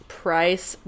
price